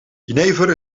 jenever